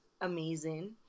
amazing